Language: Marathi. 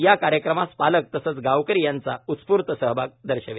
या कार्यक्रमास पालक तसेच गांवकरी यांचा उत्स्फूर्त सहभाग दर्शविला